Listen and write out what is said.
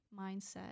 mindset